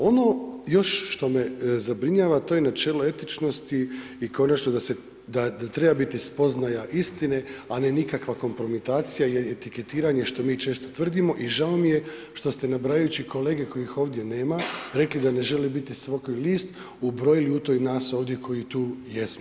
Ono još što me zabrinjava to je načelo etičnosti i konačno da treba biti spoznaja istine, a ne nikakva kompromitacija i etiketiranje što mi često tvrdimo i žao mi je što ste nabrajajući kolege kojih ovdje nema rekli da ne želi biti smokvin list, ubrojili u to i nas ovdje koji tu jesmo.